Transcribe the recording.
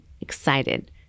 excited